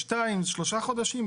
ב-2 זה 3 חודשים.